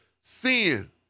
sin